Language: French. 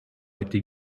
été